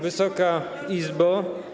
Wysoka Izbo!